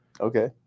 Okay